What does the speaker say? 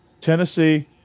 Tennessee